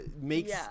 makes